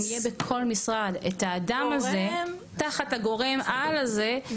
אם יהיה בכל משרד האדם הזה תחת הגורם על זה,